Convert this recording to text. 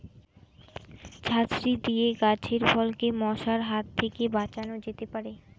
ঝাঁঝরি দিয়ে গাছের ফলকে মশার হাত থেকে বাঁচানো যেতে পারে?